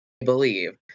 believe